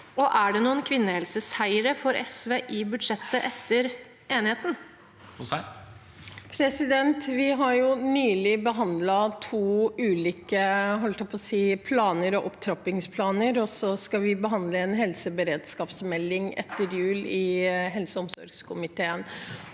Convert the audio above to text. er det noen kvinnehelseseire for SV i budsjettet etter enigheten? Marian Hussein (SV) Vi har nylig be- handlet to ulike planer og opptrappingsplaner, og vi skal behandle en helseberedskapsmelding etter jul i helse- og omsorgskomiteen.